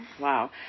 Wow